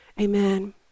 Amen